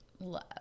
love